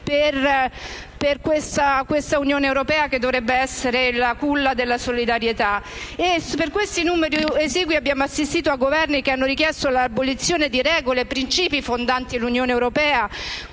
per questa Unione europea che dovrebbe essere la culla della solidarietà. Per questi numeri esigui abbiamo assistito a Governi che hanno richiesto l'abolizione di regole e principi fondanti l'Unione europea,